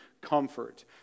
comfort